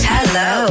Hello